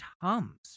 Tums